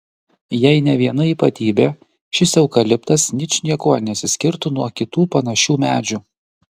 jei ne viena ypatybė šis eukaliptas ničniekuo nesiskirtų nuo kitų panašių medžių